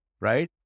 right